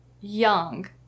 young